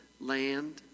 land